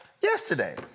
yesterday